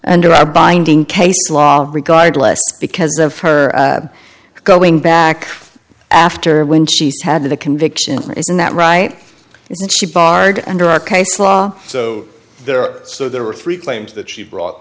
under our binding case law regardless because of her going back after when she's had the conviction is not right isn't she barred under our case law so there are so there were three claims that she brought